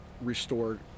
restored